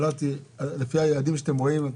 לפי היעדים שאתם רואים,